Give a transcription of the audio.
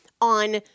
on